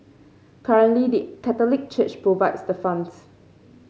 currently the Catholic Church provides the funds